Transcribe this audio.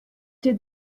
did